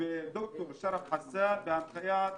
וד"ר שארף חסן בהנחיית